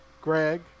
Greg